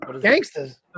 Gangsters